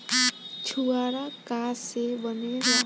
छुआरा का से बनेगा?